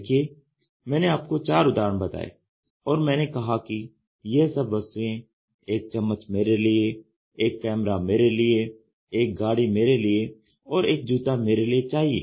देखिए मैंने आपको चार उदाहरण बताये और मैंने कहा कि यह सब वस्तुएँ एक चम्मच मेरे लिए एक कैमरा मेरे लिए एक गाड़ी मेरे लिए और एक जूता मेरे लिए चाहिए